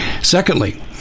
Secondly